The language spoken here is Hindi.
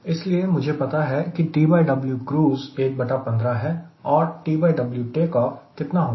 इसलिए मुझे पता है कि TW क्रूज 1 बटा 15 है और TW टेक ऑफ कितना होगा